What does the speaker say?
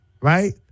right